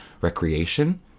recreation